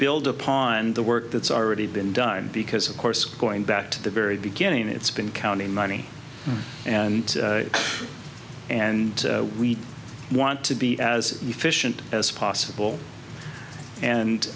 build upon the work that's already been done because of course going back to the very beginning it's been counting money and and we want to be as efficient as possible and